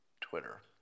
Twitter